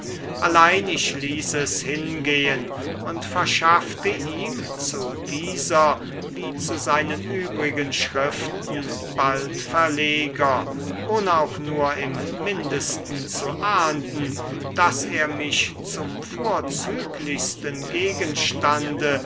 ich ließ es hingehen und verschaffte ihm zu dieser wie zu seinen übrigen schriften bald verleger ohne auch nur im mindesten zu ahnden daß er mich zum vorzüglichsten gegenstande